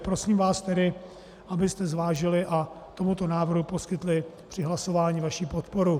Prosím vás tedy, abyste zvážili a tomuto návrhu poskytli při hlasování vaši podporu.